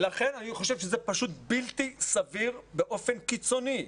ולכן אני חושב שזה פשוט בלתי סביר באופן קיצוני.